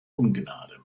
ungnade